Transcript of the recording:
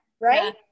right